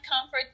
comfort